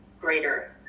greater